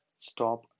stop